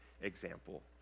example